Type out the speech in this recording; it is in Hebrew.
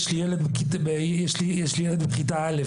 יש לי ילד בכיתה א',